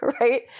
Right